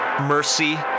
mercy